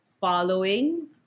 following